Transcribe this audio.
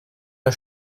der